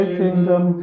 kingdom